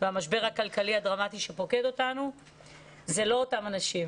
והמשבר הכלכלי הדרמטי שפוקד אותנו זה לא אותם אנשים.